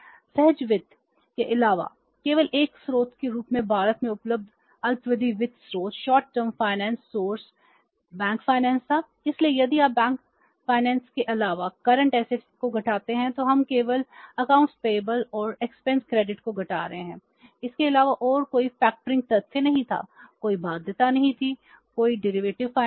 सहज वित्त के अलावा केवल एक स्रोत के रूप में भारत में उपलब्ध अल्पावधि वित्त स्रोत के लिए है घटाया जाना